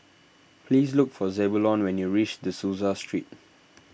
please look for Zebulon when you reach De Souza Street